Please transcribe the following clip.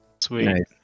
Sweet